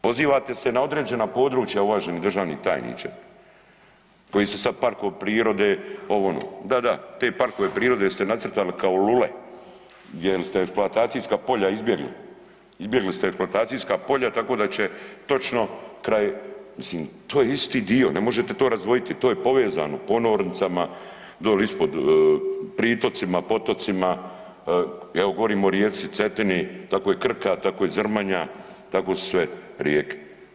Pozivate se na određena područja uvaženi državni tajniče, koji su sad parkovi prirode, ovo, ono, da, da, te parkove prirode ste nacrtali kao lule gdje ste eksploatacijska polja izbjegli, izbjegli ste eksploatacijska polja tako da će točno kraj, mislim, to je isti dio, ne možete to razdvojiti, to je povezano ponornicama, doli ispod pritocima, potocima, evo govorim o rijeci Cetini, tako i Krka, tako i Zrmanja, tako sve rijeke.